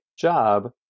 job